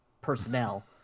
personnel